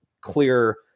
clear